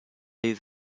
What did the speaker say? his